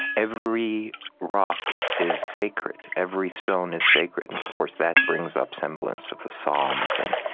every rock is sacred, every stone is sacred. and of course, that brings up semblance of the psalms and